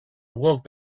walked